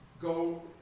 go